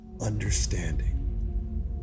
Understanding